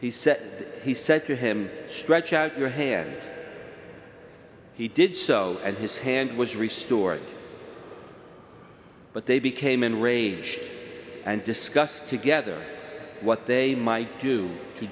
he said he said to him stretch out your hand he did so and his hand was rescored but they became enraged and discussed together what they might do t